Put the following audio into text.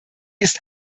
ist